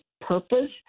purpose